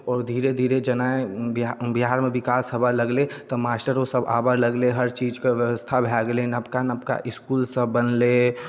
आओर धीरे धीरे जेना बिहारमे विकास होबै लगलै तऽ मास्टरोसब आबऽ लगलै हर चीजके बेबस्था भऽ गेलै नवका नवका इसकुलसब बनलै